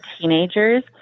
teenagers